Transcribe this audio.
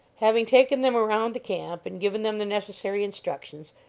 having taken them around the camp and given them the necessary instructions,